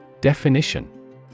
Definition